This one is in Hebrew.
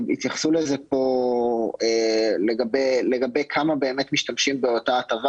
התייחסו לשאלה כמה באמת משתמשים באותה הטבה?